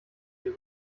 ihre